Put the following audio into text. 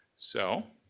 so.